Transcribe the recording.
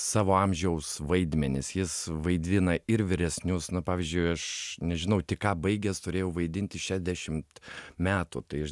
savo amžiaus vaidmenis jis vaidina ir vyresnius na pavyzdžiui aš nežinau tik ką baigęs turėjau vaidinti šiadešimt metų tai aš